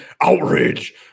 outrage